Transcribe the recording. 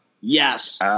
Yes